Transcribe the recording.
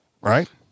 right